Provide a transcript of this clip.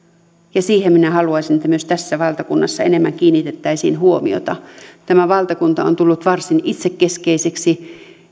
ja minä haluaisin että siihen myös tässä valtakunnassa enemmän kiinnitettäisiin huomiota tämä valtakunta on tullut varsin itsekeskeiseksi